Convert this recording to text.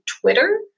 Twitter